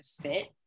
fit